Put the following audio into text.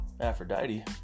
Aphrodite